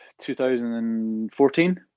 2014